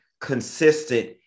consistent